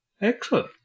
Excellent